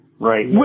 right